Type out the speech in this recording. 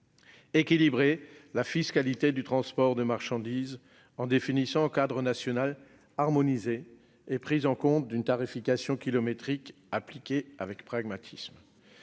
équilibrer la fiscalité du transport de marchandises en définissant un cadre national harmonisé et prenant en compte une tarification kilométrique, appliquée avec pragmatisme.